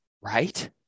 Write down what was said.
right